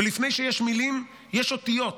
ולפני שיש מילים יש אותיות,